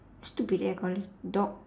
stupid eh I call it dog